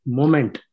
moment